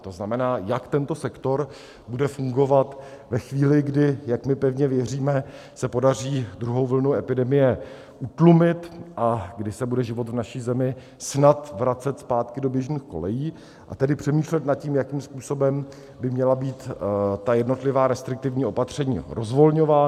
To znamená, jak tento sektor bude fungovat ve chvíli, kdy se, jak my pevně věříme, podaří druhou vlnu epidemie utlumit a kdy se bude život v naší zemi snad vracet zpátky do běžných kolejí, a tedy přemýšlet nad tím, jakým způsobem by měla být ta jednotlivá restriktivní opatření rozvolňována.